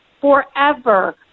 forever